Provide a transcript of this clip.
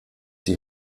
die